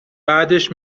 بعدش